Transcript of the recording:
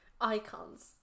Icons